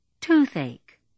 Toothache